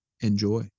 Enjoy